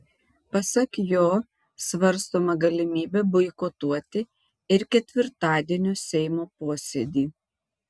pasak jo svarstoma galimybė boikotuoti ir ketvirtadienio seimo posėdį